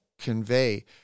convey